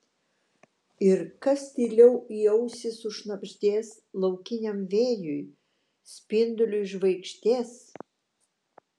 ir kas tyliau į ausį sušnabždės laukiniam vėjui spinduliui žvaigždės